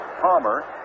Palmer